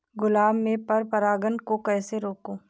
गुलाब में पर परागन को कैसे रोकुं?